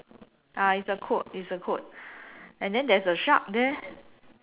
ah is a coat is a coat and then there is a shark there